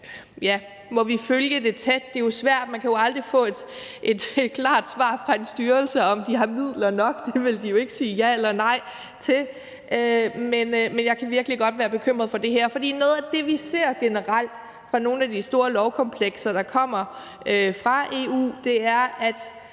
må vi følge det tæt. Det er svært, for man kan aldrig få et klart svar fra en styrelse på, om de har midler nok, for det vil de jo ikke sige ja eller nej til, men jeg kan virkelig godt være bekymret for det her. Noget af det, vi generelt ser fra nogle af de store lovkomplekser, der kommer fra EU, er, at